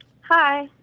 Hi